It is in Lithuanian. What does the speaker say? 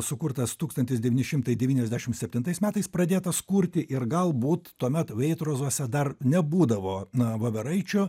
sukurtas tūkstantis devyni šimtai devyniasdešimt septintais metais pradėtas kurti ir galbūt tuomet vėtrozuose dar nebūdavo na voveraičių